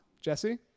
Jesse